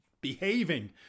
behaving